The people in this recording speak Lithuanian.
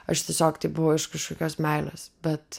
aš tiesiog tai buvo iš kažkokios meilės bet